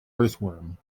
earthworm